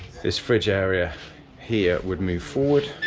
this fridge area here would move forward,